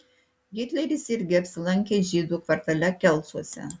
hitleris irgi apsilankė žydų kvartale kelcuose